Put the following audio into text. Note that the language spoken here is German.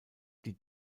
die